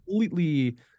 completely